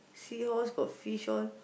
seahorse got fish all